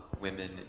women